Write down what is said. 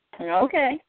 Okay